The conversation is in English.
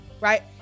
right